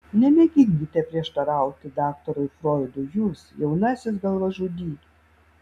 nemėginkite prieštarauti daktarui froidui jūs jaunasis galvažudy